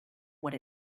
what